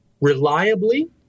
reliably